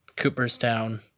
Cooperstown